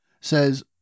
says